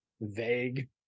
vague